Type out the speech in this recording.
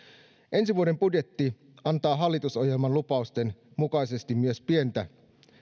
ensi vuoden budjetti antaa hallitusohjelman lupausten mukaisesti myös pientä